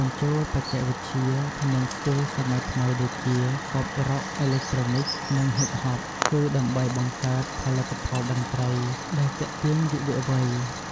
ការបញ្ចូលបច្ចេកវិទ្យា និងស្ទីលសម័យថ្មី ដូចជា ប៉ុប រ៉ុក អេឡិកត្រូនិក និងហ៊ីបហប កឺដើម្បីបង្កើតផលិតផលតន្ត្រីដែលទាក់ទាញយុវវ័យ។